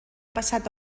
passat